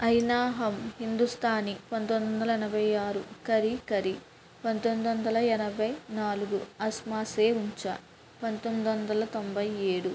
ఆయినా హమ్ హిందుస్తాని పంతొమ్మిది వందల ఎనభై ఆరు ఖడీ ఖడీ పంతొమ్మిది వందల ఎనభై నాలుగు ఆస్మాన్ సే ఊంచా పంతొమ్మిది వందల తొంభై ఏడు